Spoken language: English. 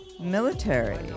military